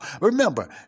remember